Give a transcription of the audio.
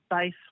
base